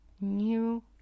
new